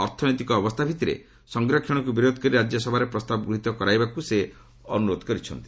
ଅର୍ଥନୈତିକ ଅବସ୍ଥା ଭିତ୍ତିରେ ସଂରକ୍ଷଣକୁ ବିରୋଧ କରି ରାଜ୍ୟ ବିଧାନସଭାରେ ପ୍ରସ୍ତାବ ଗୃହୀତ କରାଇବାକୁ ସେ ଅନୁରୋଧ କରିଛନ୍ତି